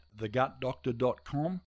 thegutdoctor.com